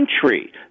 country